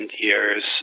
years